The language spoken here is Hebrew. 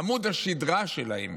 עמוד השדרה שלהם